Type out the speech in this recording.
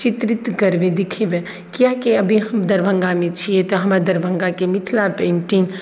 चित्रित करबनि देखैबनि किआकि अभी हम दरभङ्गामे छियै तऽ हमरा दरभङ्गाके मिथिला पेन्टिङ्ग